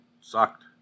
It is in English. sucked